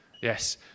Yes